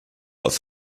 aus